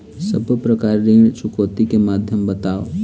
सब्बो प्रकार ऋण चुकौती के माध्यम बताव?